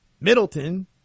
Middleton